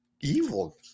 evil